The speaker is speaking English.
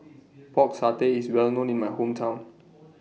Pork Satay IS Well known in My Hometown